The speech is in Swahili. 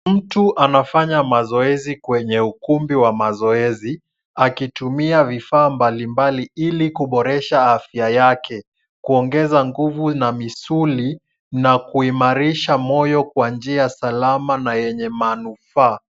Mtu anafanya mazoezi kwenye ukumbi wa mazoezi akitumia vifaa mbalimbali ili kuboresha afya yake kuongeza nguvu na mizuli na kuimarisha moyo kwa njia salama na yenye manufaa